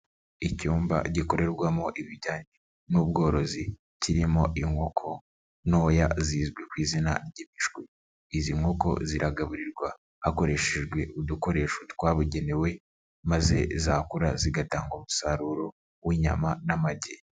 Icyumba gikorerwamo ibijyanye n'ubworozi, kirimo inkoko ntoya zizwi ku izina ry'imishwi, izi nkoko ziragaburirwa hakoreshejwe udukoresho twabugenewe maze zakura zigatanga umusaruro w'inyama n'amagi.